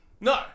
No